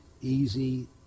easy